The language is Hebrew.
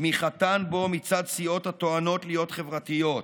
תמיכתן בו מצד סיעות הטוענות להיות חברתיות,